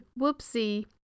Whoopsie